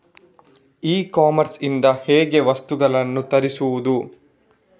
E commerce ಇಂದ ಹೇಗೆ ವಸ್ತುಗಳನ್ನು ತರಿಸುವುದು?